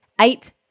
eight